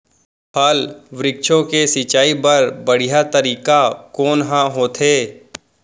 फल, वृक्षों के सिंचाई बर बढ़िया तरीका कोन ह होथे?